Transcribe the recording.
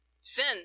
Sin